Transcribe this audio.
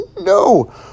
no